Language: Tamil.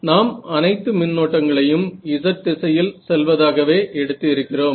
நாம் அனைத்து மின் ஓட்டங்களையும் z திசையில் செல்வதாகவே எடுத்து இருக்கிறோம்